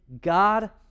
God